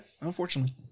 unfortunately